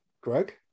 Greg